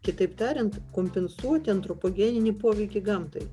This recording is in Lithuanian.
kitaip tariant kompensuoti antropogeninį poveikį gamtai